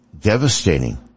devastating